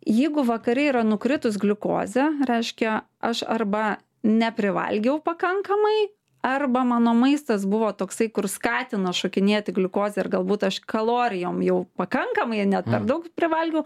jeigu vakare yra nukritus gliukozė reiškia aš arba neprivalgiau pakankamai arba mano maistas buvo toksai kur skatino šokinėti gliukozę ir galbūt aš kalorijom jau pakankamai net daug privalgiau